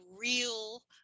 real